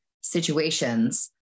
situations